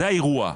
זה האירוע.